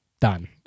done